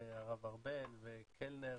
הרב ארבל וקלנר